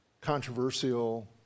controversial